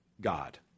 God